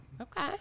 Okay